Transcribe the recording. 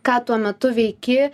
ką tuo metu veiki